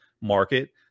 market